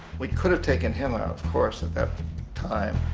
we could have take and him out of course at that time,